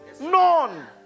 None